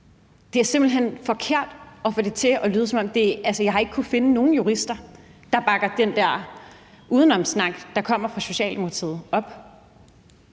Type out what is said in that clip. Det er simpelt hen forkert at få det til at lyde sådan. Altså, jeg har ikke kunnet finde nogen jurister, der bakker den der udenomssnak, der kommer fra Socialdemokratiet, op.